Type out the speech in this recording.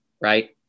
right